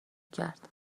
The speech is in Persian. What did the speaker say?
کرد